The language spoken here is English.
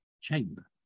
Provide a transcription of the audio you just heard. chamber